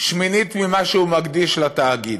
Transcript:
שמינית ממה שהוא מקדיש לתאגיד.